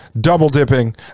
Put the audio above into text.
double-dipping